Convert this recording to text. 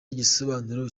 igisobanuro